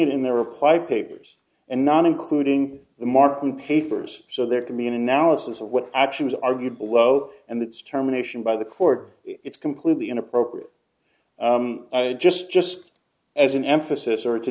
it in their reply papers and not including the marking papers so there can be an analysis of what actually was argued bloat and the determination by the court it's completely inappropriate just just as an emphasis or to